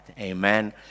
Amen